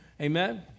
amen